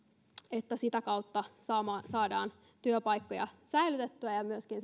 että sitä kautta saadaan työpaikkoja säilytettyä ja myöskin